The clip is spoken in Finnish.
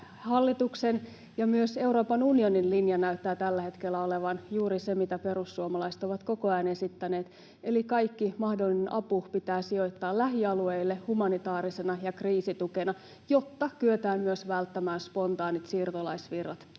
hallituksen ja myös Euroopan unionin linja näyttää tällä hetkellä olevan juuri se, mitä perussuomalaiset ovat koko ajan esittäneet, eli kaikki mahdollinen apu pitää sijoittaa lähialueille humanitaarisena ja kriisitukena, jotta kyetään myös välttämään spontaanit siirtolaisvirrat